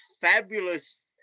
fabulous